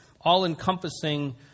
all-encompassing